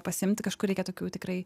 pasiimti kažkur reikia tokių tikrai